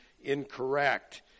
incorrect